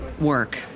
work